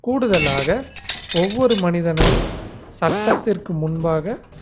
கூடுதலாக ஒவ்வொரு மனிதனும் சட்டத்திற்கு முன்பாக